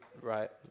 right